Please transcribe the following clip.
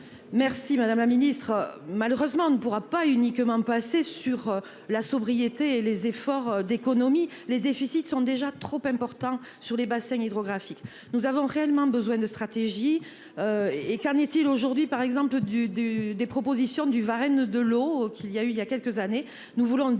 Merci, madame la Ministre, malheureusement on ne pourra pas uniquement passer sur la sobriété et les efforts d'économies les déficits sont déjà trop important sur les bassins hydrographiques. Nous avons réellement besoin de stratégie. Et qu'en est-il aujourd'hui par exemple du du des propositions du Varenne, de l'eau qu'il y a eu il y a quelques années.